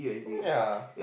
ya